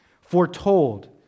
Foretold